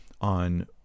on